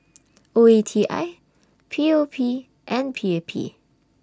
O E T I P O P and P A P